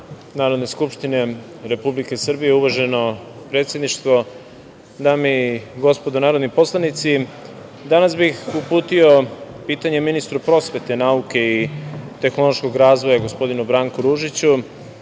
Narodne skupštine Republike Srbije. Uvaženo predsedništvo, dame i gospodo narodni poslanici, danas bih uputio pitanje ministru prosvete, nauke i tehnološkog razvoja, gospodinu Branku Ružiću.